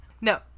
No